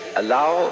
allow